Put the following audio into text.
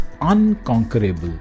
unconquerable